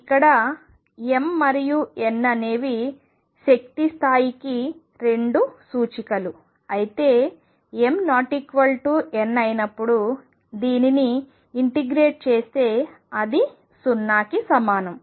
ఇక్కడ m మరియు n అనేవి శక్తి స్థాయికి రెండు సూచికలు అయితే m ≠ n అయినప్పుడు దీనిని ఇంటిగ్రేట్ చేస్తే అది 0కి సమానం